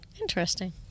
Interesting